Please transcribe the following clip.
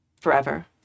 forever